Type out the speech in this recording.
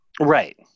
Right